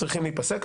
צריכים להיפסק.